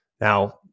Now